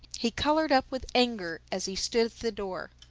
he colored up with anger as he stood the door.